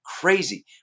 crazy